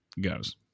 goes